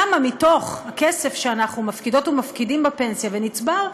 כמה מתוך הכסף שאנחנו מפקידות ומפקידים בפנסיה ונצבר בה,